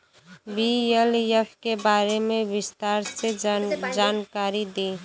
BLF के बारे में विस्तार से जानकारी दी?